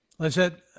Lizette